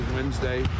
Wednesday